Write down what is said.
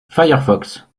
firefox